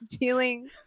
Dealing